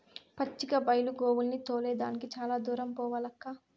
పచ్చిక బైలు గోవుల్ని తోలే దానికి చాలా దూరం పోవాలక్కా